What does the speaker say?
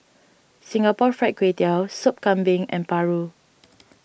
Singapore Fried Kway Tiao Soup Kambing and Paru